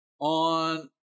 on